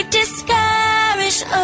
discouraged